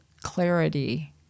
clarity